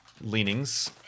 leanings